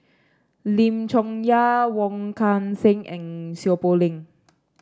Lim Chong Yah Wong Kan Seng and Seow Poh Leng